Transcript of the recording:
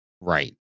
right